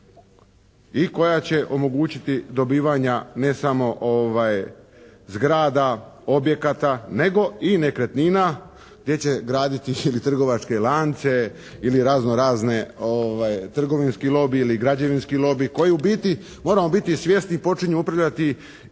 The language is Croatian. i koja će omogućiti dobivanja ne samo zgrada, objekata nego i nekretnina gdje će raditi trgovačke lance ili razno-razni trgovinski lobi ili građevinski lobi koji u biti moramo biti svjesni, počinju upravljati